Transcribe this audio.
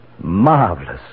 Marvelous